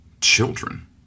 children